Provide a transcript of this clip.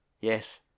Yes